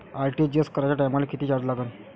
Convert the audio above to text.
RTGS कराच्या टायमाले किती चार्ज लागन?